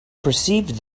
perceived